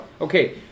Okay